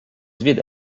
vides